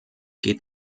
geht